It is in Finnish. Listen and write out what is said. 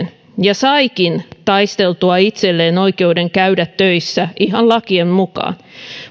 ja saikin taisteltua itselleen oikeuden käydä töissä ihan lakien mukaan